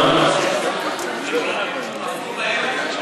אנחנו לא מדברים.